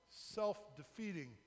self-defeating